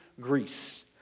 Greece